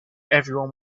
everyone